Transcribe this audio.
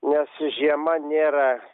nes žiema nėra